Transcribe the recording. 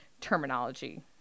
terminology